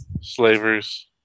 slavers